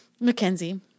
Mackenzie